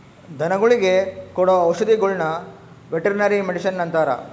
ಧನಗುಳಿಗೆ ಕೊಡೊ ಔಷದಿಗುಳ್ನ ವೆರ್ಟನರಿ ಮಡಿಷನ್ ಅಂತಾರ